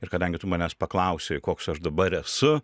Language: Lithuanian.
ir kadangi tu manęs paklausei koks aš dabar esu